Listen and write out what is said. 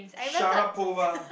Sharapova